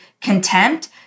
contempt